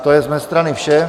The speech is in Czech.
To je z mé strany vše.